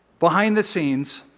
behind the scenes.